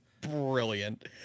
brilliant